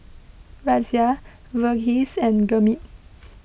Razia Verghese and Gurmeet